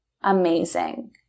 amazing